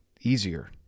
easier